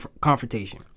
confrontation